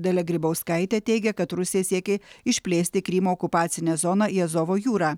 dalia grybauskaitė teigia kad rusija siekė išplėsti krymo okupacinę zoną į azovo jūrą